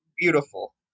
beautiful